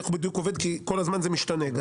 איך הוא בדיוק עובד כי כל הזמן זה גם משתנה,